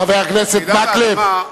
חבר הכנסת מקלב.